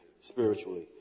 spiritually